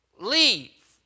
leave